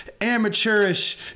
amateurish